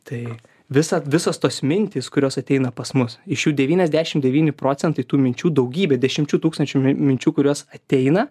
tai visad visos tos mintys kurios ateina pas mus iš jų devyniasdešimt devyni procentai tų minčių daugybė dešimčių tūkstančių minčių kurios ateina